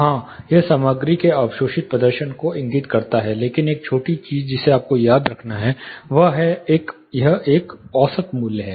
हां यह सामग्री के अवशोषित प्रदर्शन को इंगित करता है लेकिन एक छोटी चीज जिसे आपको याद रखना है यह एक औसत मूल्य है